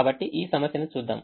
కాబట్టి ఈ సమస్యను చూద్దాం